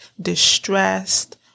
distressed